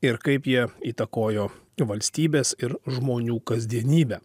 ir kaip jie įtakojo valstybės ir žmonių kasdienybę